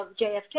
JFK